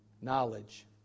knowledge